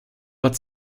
but